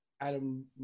Adam